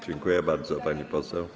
Dziękuję bardzo, pani poseł.